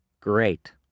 Great